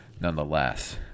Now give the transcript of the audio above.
nonetheless